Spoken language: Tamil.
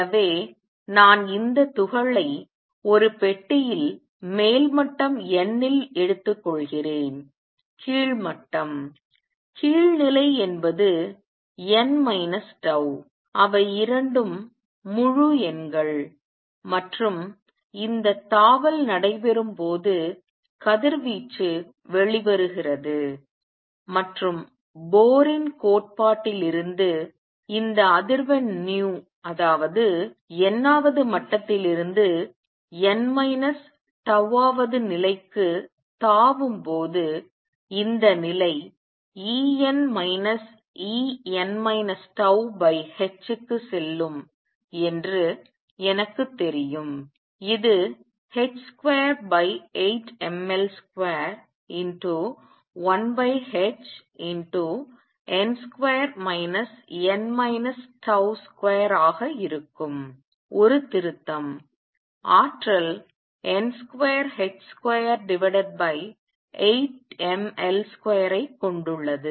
எனவே நான் இந்த துகளை ஒரு பெட்டியில் மேல் மட்டம் nல் எடுத்துக்கொள்கிறேன் கீழ் மட்டம் கீழ் நிலை என்பது n τ அவை இரண்டும் முழு எண்கள் மற்றும் இந்த தாவல் நடைபெறும் போது கதிர்வீச்சு வெளிவருகிறது மற்றும் போரின் கோட்பாட்டில் Bohr's theory இருந்து இந்த அதிர்வெண் அது nவது மட்டத்திலிருந்து n τ வது நிலைக்கு தாவும் போது இந்த நிலை En En τh க்குச்செல்லும் என்று எனக்குத் தெரியும் இது h28mL21hn2 n τ2 ஆக இருக்கும் ஒரு திருத்தம் ஆற்றல் n2h28mL2 ஐக் கொண்டுள்ளது